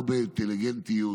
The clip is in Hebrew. לא באינטליגנטיות,